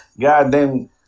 goddamn –